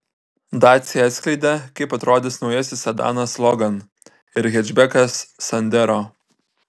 dacia atskleidė kaip atrodys naujasis sedanas logan ir hečbekas sandero